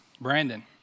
Brandon